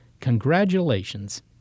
Congratulations